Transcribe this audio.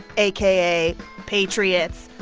aka patriots